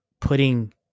putting